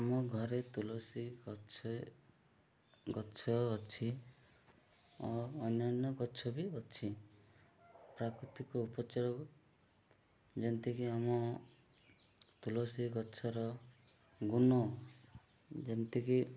ଆମ ଘରେ ତୁଳସୀ ଗଛ ଗଛ ଅଛି ଅନ୍ୟାନ୍ୟ ଗଛ ବି ଅଛି ପ୍ରାକୃତିକ ଉପଚାର ଯେମିତିକି ଆମ ତୁଳସୀ ଗଛର ଗୁଣ ଯେମିତିକି